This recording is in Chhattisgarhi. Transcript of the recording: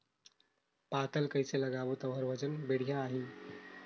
पातल कइसे लगाबो ता ओहार वजन बेडिया आही?